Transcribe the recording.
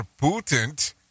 Putin